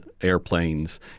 airplanes